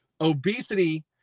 obesity